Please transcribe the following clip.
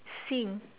sing